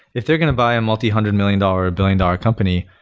if they're going to buy a multi-hundred million dollar or a billion-dollar company,